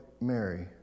Mary